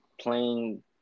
playing